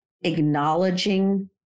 acknowledging